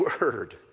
word